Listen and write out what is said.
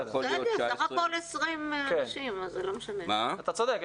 אתה צודק.